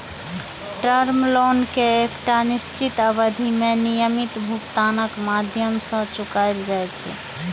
term loan कें एकटा निश्चित अवधि मे नियमित भुगतानक माध्यम सं चुकाएल जाइ छै